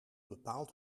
bepaald